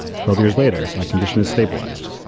twelve years later, my condition has stabilized.